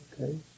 Okay